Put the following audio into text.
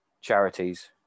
charities